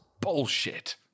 bullshit